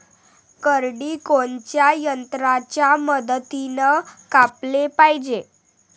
करडी कोनच्या यंत्राच्या मदतीनं कापाले पायजे?